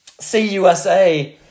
CUSA